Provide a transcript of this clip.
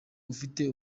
ufite